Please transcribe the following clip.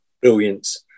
brilliance